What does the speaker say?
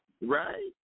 Right